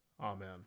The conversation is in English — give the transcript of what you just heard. amen